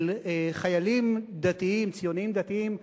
של חיילים דתיים, ציונים-דתיים,